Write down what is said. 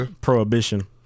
Prohibition